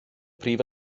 prif